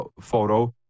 photo